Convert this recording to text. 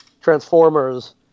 Transformers